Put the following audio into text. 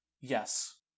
Yes